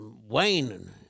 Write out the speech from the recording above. Wayne